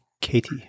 Katie